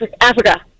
Africa